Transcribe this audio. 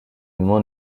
mismo